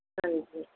ਹਾਂਜੀ